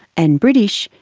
and british,